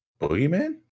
Boogeyman